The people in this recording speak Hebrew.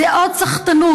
זה עוד סחטנות,